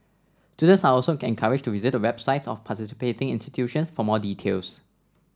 are also encouraged to visit the websites of participating institutions for more details